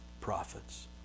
prophets